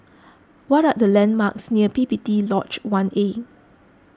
what are the landmarks near P P T Lodge one A